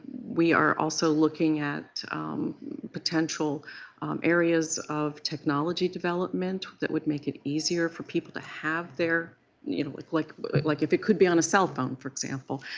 we are also looking at potential areas of technology development that would make it easier for people to have their you know like like but like if it could be on a cell phone, for example,